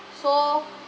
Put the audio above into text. so